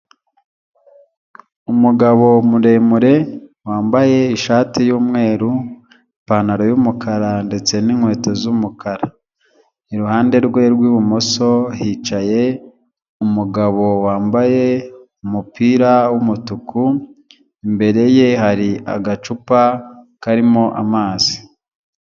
Umugabo muremure wambaye ishati y'umweru, ipantaro y'umukara ndetse n'inkweto z'umukara, iruhande rwe rw'ibumoso hicaye umugabo wambaye umupira w'umutuku, imbere ye hari agacupa karimo amazi.